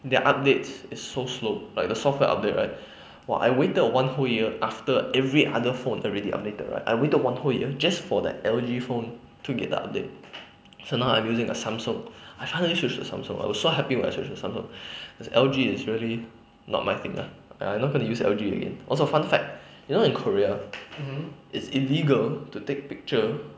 their updates is so slow like the software update right !wah! I waited one whole year after every other phone already updated right I waited one whole year just for that L_G phone to get the update so now I'm using the samsung I finally switch to samsung I was so happy when I switch to samsung cause L_G is really not my thing ah I'm not going to use L_G again also fun fact you know in korea it's illegal to take picture